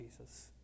Jesus